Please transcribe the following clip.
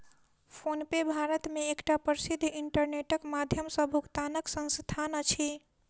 PhonePe Bharat मे एकटा प्रसिद्ध इंटरनेटक माध्यम सॅ भुगतानक संस्थान अछि